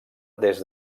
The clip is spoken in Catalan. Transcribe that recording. des